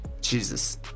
Jesus